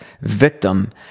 victim